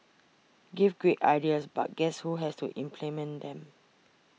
gives great ideas but guess who has to implement them